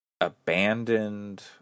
abandoned